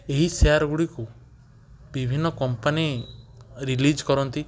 ଏହି ସେୟାର୍ ଗୁଡ଼ିକୁ ବିଭିନ୍ନ କମ୍ପାନୀ ରିଲିଜ୍ କରନ୍ତି